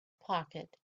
pocket